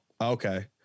okay